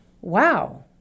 wow